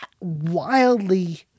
wildly